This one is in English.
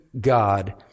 god